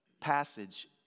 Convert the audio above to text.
passage